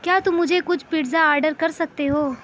کیا تم مجھے کچھ پیزا آرڈر کر سکتے ہو